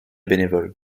bénévoles